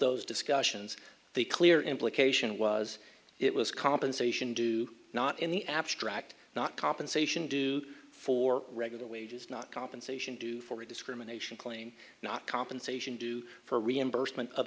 those discussions the clear implication was it was compensation do not in the abstract not compensation due for regular wages not compensation due for a discrimination claim not compensation due for reimbursement of